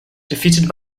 defeated